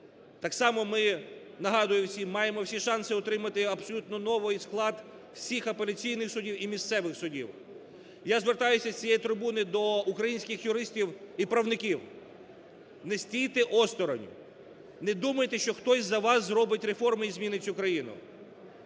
Так само ми, нагадую всім, маємо всі шанси отримати абсолютно новий склад всіх апеляційних судів і місцевих судів. Я звертаюся з цієї трибуни до українських юристів і правників. Не стійте осторонь, не думайте, що хтось за вас зробить реформи і змінить цю країну.